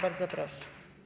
Bardzo proszę.